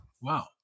Wow